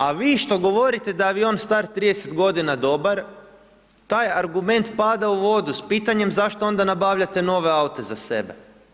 A vi, što govorite da je avion star 30 godina dobar, taj argument pada u vodu s pitanjem zašto onda nabavljate nove aute za sebe?